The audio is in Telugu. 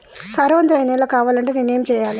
సారవంతమైన నేల కావాలంటే నేను ఏం చెయ్యాలే?